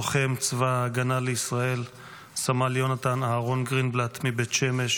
לוחם צבא ההגנה לישראל סמל יונתן אהרן גרינבלט מבית שמש